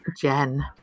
Jen